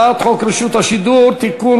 הצעת חוק רשות השידור (תיקון,